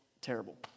terrible